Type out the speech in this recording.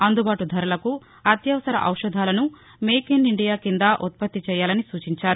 అందుబాటు ధరలకు అత్యవసర ఔషధాలను మేక్ ఇన్ ఇండియా కింద ఉత్పత్తి చేయాలని సూచించారు